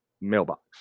mailbox